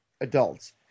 adults